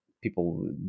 People